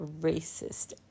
racist